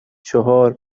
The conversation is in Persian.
چهار